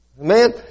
Amen